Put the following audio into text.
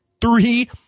three